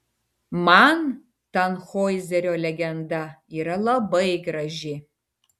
man tanhoizerio legenda yra labai graži